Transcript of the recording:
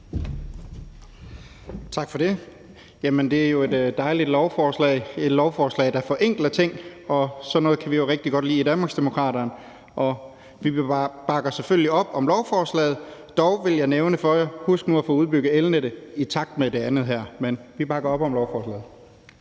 Tak for det. Det er jo et dejligt lovforslag. Det er et lovforslag, der forenkler ting, og sådan noget kan vi jo rigtig godt lide i Danmarksdemokraterne. Vi bakker selvfølgelig op om lovforslaget. Dog vil jeg nævne for jer: Husk nu at få udbygget elnettet i takt med det andet her. Men vi bakker altså op om lovforslaget.